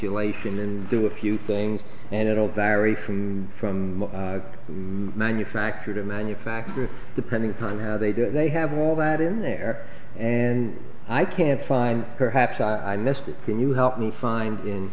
ulation and do a few things and it'll diary from from manufacturer to manufacturer depending time how they did they have all that in there and i can't find perhaps i missed it can you help me find in